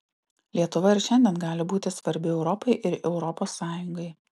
lietuva ir šiandien gali būti svarbi europai ir europos sąjungai